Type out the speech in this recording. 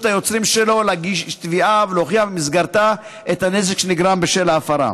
היוצרים שלו להגיש תביעה ולהוכיח במסגרתה את הנזק שנגרם בשל ההפרה.